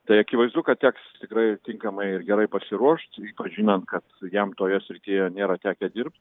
tai akivaizdu kad teks tikrai tinkamai ir gerai pasiruošt žinant kad jam toje srityje nėra tekę dirbt